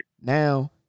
now